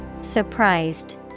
Surprised